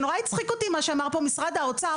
זה נורא הצחיק אותי מה שאמר פה משרד האוצר,